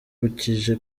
yibukije